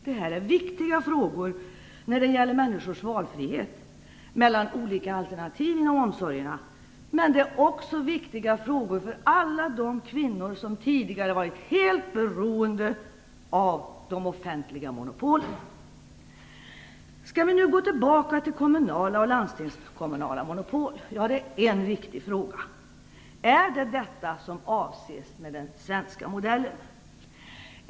Detta är viktiga frågor när det gäller människors valfrihet mellan olika alternativ inom omsorgen och också när det gäller alla de kvinnor som tidigare har varit helt beroende av de offentliga monopolen. Skall vi nu gå tillbaka till kommunala och landstingskommunala monopol? Det är en viktig fråga. Är det detta som avses med "den svenska modellen"?